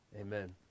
Amen